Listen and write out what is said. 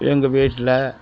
எங்கள் வீட்டில்